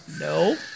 No